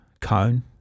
cone